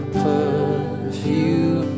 perfume